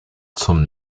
zum